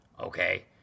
okay